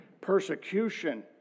persecution